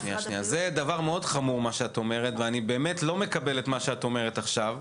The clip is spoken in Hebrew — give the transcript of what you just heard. זה דבר מאוד חמור, מה שאת אומרת,